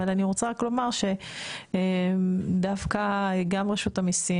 אבל אני רק רוצה לומר שדווקא גם רשות המיסים